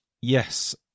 Yes